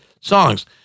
songs